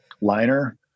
liner